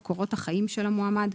קורות החיים של המועמד,